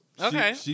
Okay